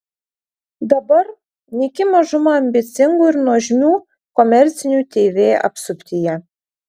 dabar nyki mažuma ambicingų ir nuožmių komercinių tv apsuptyje